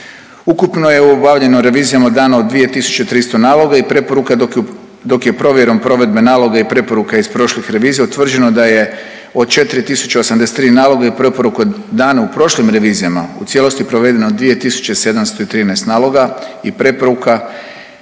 Ukupno je obavljeno revizijama dano 2.300 naloga i preporuka dok je provjerom provedbe naloga i preporuka iz prošlih revizija utvrđeno da je od 4.083 naloga i preporuka dano u prošlim revizijama u cijelosti provedeno 2.713 naloga i preporuka,